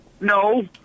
No